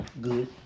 good